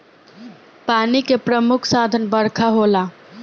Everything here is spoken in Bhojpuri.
पानी के प्रमुख साधन बरखा होला